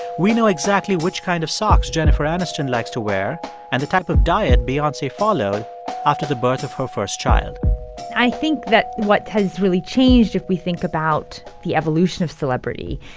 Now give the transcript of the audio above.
we know exactly which kind of socks jennifer aniston likes to wear and the type of diet beyonce followed after the birth of her first child i think that what has really changed, if we think about the evolution of celebrity,